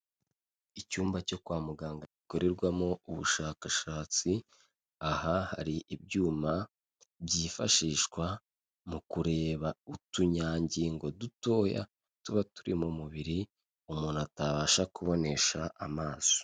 Icyumba cyo kwa muganga gikorerwamo ubushakashatsi, aha hari ibyuma byifashishwa mu kureba utunyangingo dutoya, tuba turi mu mubiri umuntu atabasha kubonesha amaso.